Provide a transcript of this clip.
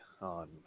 on